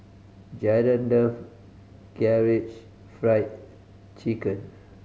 Jaron love Karaage Fried Chicken